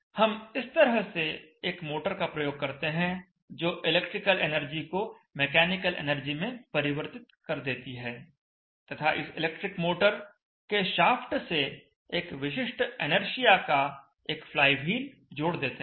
हम इस तरह से एक मोटर का प्रयोग करते हैं जो इलेक्ट्रिकल एनर्जी को मैकेनिकल एनर्जी में परिवर्तित कर देती है तथा इस इलेक्ट्रिक मोटर के शाफ्ट से एक विशिष्ट इनर्शिआ का एक फ्लाईव्हील जोड़ देते हैं